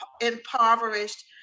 impoverished